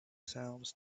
sounds